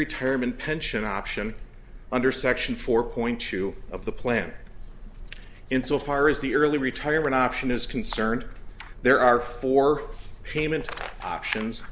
retirement pension option under section four point two of the plan insofar as the early retirement option is concerned there are four payment options